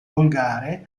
volgare